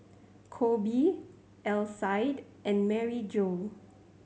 Koby Alcide and Maryjo